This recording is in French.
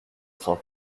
train